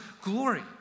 glory